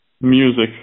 music